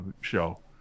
show